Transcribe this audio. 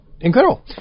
incredible